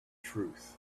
truth